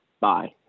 Bye